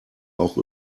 auch